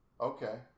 Okay